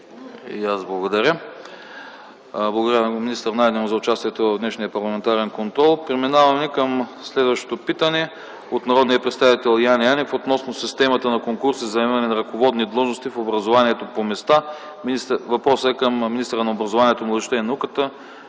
И аз благодаря. Благодаря на министър Найденов за участието в днешния Парламентарен контрол. Преминаваме към следващото питане – от народния представител Яне Янев, относно системата на конкурси за заемане на ръководни длъжности в образованието по места. Питането е към министъра на образованието, младежта и науката